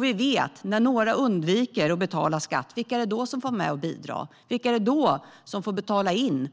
Vi vet vilka som får vara med och bidra när några undviker att betala skatt. Vilka är det då som får betala in